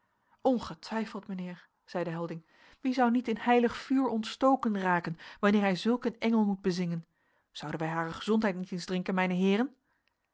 ongetwijfeld mijnheer zeide helding wie zou niet in heilig vuur ontstoken raken wanneer hij zulk een engel moet bezingen zouden wij hare gezondheid niet eens drinken mijne héeren